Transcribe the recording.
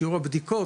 שיעור הבדיקות,